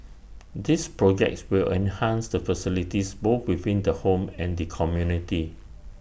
these projects will enhance the facilities both within the home and the community